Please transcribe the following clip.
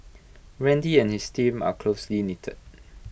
randy and his family are closely knitted